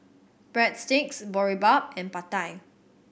Breadsticks Boribap and Pad Thai